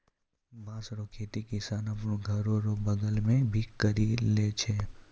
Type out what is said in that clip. बाँस रो खेती किसान आपनो घर रो बगल मे भी करि लै छै